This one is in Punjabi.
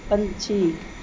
ਪੰਛੀ